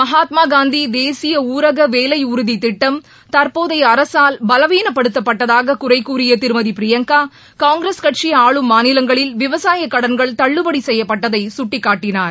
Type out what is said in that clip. மகாத்மா காந்தி தேசிய ஊரக வேலை உறுதி திட்டம் தற்போதைய அரசால் பலவீனப்படுத்தப்பட்டதாக குறைகூறிய திருமதி பிரியங்கா காங்கிரஸ் கட்சி ஆளும் மாநிலங்களில் விவசாய கடன்கள் தள்ளுபடி செய்யப்பட்டதை கட்டிக்காட்டினார்